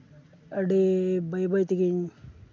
ᱟᱹᱰᱤ ᱵᱟᱹᱭ ᱵᱟᱹᱭ ᱛᱮᱜᱤᱧ